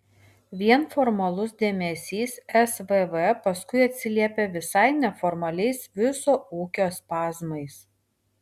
vien formalus dėmesys svv paskui atsiliepia visai neformaliais viso ūkio spazmais